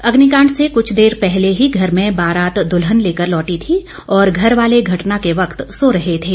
अग्निकांड से कुछ देर पहले ही घर में बारात दूल्हन लेकर लौटी थी और घर वाले घटना के वक्त सो रहे थे